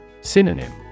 Synonym